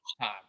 time